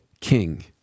King